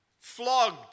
flogged